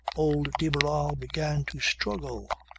old de barral began to struggle,